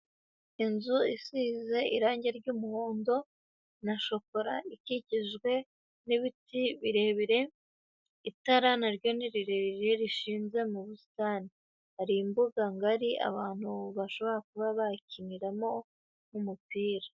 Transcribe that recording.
Inzu isize irangi ry'umuhondo na shokora, ikikizwe n'ibiti birebire, itara na ryo ni rirerire rishinze mu busitani. Hari imbuga ngari abantu bashobora kuba bayikiniramo nk'umupira.